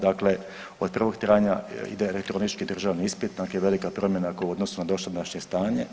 Dakle od 1. travnja ide elektronički državni ispit, dakle velika promjena u odnosu na dosadašnje stanje.